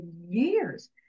years